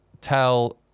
tell